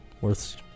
worth